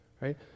right